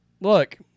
look